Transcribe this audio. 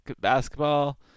basketball